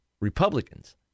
Republicans